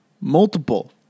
multiple